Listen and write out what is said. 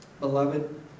Beloved